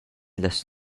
las